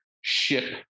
ship